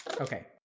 Okay